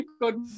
Good